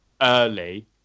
early